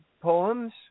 poems